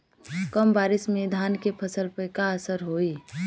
कम बारिश में धान के फसल पे का असर होई?